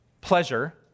pleasure